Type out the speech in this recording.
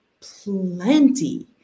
plenty